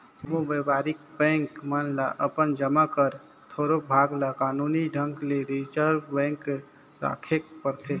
जम्मो बयपारिक बेंक मन ल अपन जमा कर थोरोक भाग ल कानूनी ढंग ले रिजर्व बेंक जग राखेक परथे